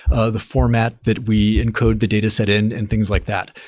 ah the format that we encode the data set in and things like that.